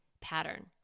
pattern